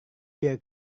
kira